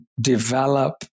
develop